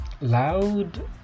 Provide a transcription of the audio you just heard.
loud